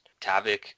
tavik